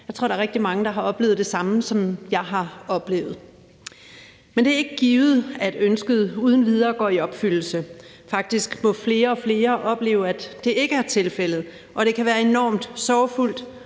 jeg tror, der er rigtig mange, der har oplevet det samme, som jeg har oplevet. Men det er ikke givet, at ønsket uden videre går i opfyldelse. Faktisk må flere og flere opleve, at det ikke er tilfældet, og det kan være enormt sorgfuldt.